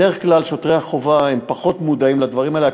בדרך כלל שוטרי החובה פחות מודעים לדברים האלה,